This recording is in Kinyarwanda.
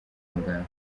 muganga